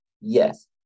Yes